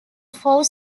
four